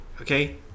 Okay